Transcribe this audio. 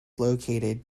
located